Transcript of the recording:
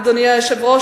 אדוני היושב-ראש,